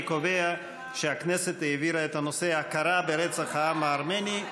אני קובע שהכנסת העבירה את הנושא: הכרה ברצח העם הארמני,